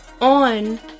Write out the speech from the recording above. on